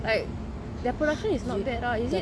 like their production is not bad ah is it like